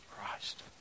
Christ